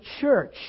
church